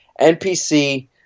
NPC